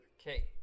Okay